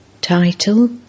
Title